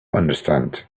understand